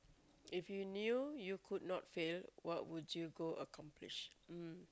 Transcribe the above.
if you knew you could not fail what would you go accomplish um